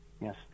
Yes